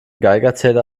geigerzähler